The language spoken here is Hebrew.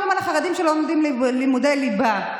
אומרים על החרדים שהם לא לומדים לימודי ליבה.